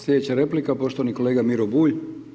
Sljedeća replika poštovani kolega Miro Bulj.